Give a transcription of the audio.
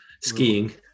Skiing